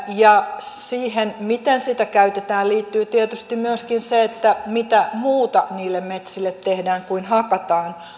ja siihen miten sitä käytetään liittyy tietysti myöskin se mitä muuta niille metsille tehdään kuin hakataan